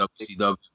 WCW